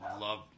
love